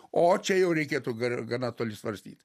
o čia jau reikėtų gar gana toli svarstyt